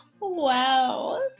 Wow